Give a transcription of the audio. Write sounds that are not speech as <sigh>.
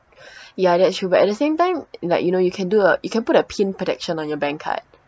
<breath> yeah that's true but at the same time like you know you can do a you can put a pin protection on your bank card